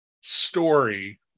story